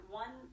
one